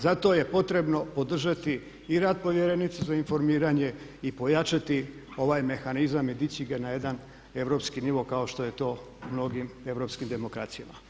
Zato je potrebno podržati i rad povjerenice za informiranje i pojačati ovaj mehanizam i dići ga na jedan europski nivo kao što je to u mnogim europskim demokracijama.